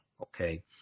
Okay